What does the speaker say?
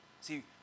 See